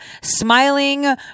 smiling